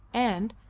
and,